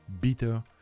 bitter